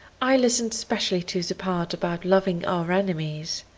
i listened specially to the part about loving our enemies!